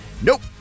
Nope